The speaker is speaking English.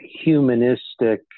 humanistic